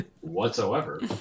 Whatsoever